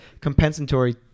compensatory